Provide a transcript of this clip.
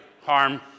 harm